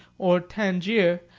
or tangier,